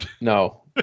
No